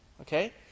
Okay